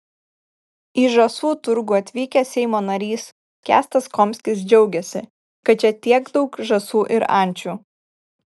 į žąsų turgų atvykęs seimo narys kęstas komskis džiaugėsi kad čia tiek daug žąsų ir ančių